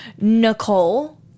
Nicole